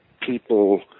people